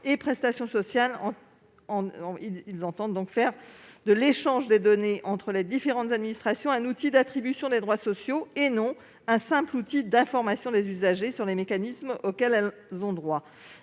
et prestations sociales. Nous proposons de faire de l'échange des données entre les différentes administrations un outil d'attribution des droits sociaux, et non simplement d'information des usagers sur les mécanismes auxquels ils ont droit.